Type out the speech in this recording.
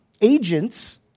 agents